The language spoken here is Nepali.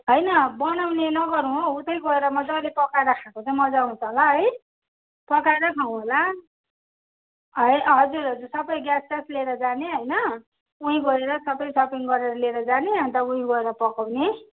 होइन बनाउने नगरौँ हौ उतै गएर मजाले पकाएर खाएको चाहिँ मजा आउँछ होला है पकाएर खाउँ होला हजुर हजुर सबै ग्यासस्यास लिएर जाने होइन उहीँ गएर सबै सपिङ गरेर लिएर जाने अन्त उहीँ गएर पकाउने